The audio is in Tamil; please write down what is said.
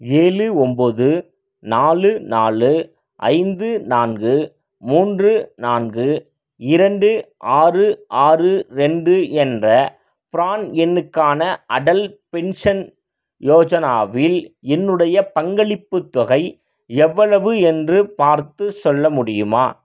ஏழு ஒம்பது நாலு நாலு ஐந்து நான்கு மூன்று நான்கு இரண்டு ஆறு ஆறு ரெண்டு என்ற ப்ரான் எண்ணுக்கான அடல் பென்ஷன் யோஜனாவில் என்னுடைய பங்களிப்புத் தொகை எவ்வளவு என்று பார்த்துச் சொல்ல முடியுமா